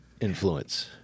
influence